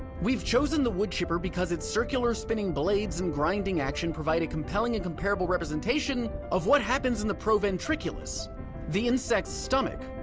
we've chosen the woodchipper because its circular spinning blades and grinding action provide a compelling and comparable representation of what happens in the proventriculus the insect's stomach.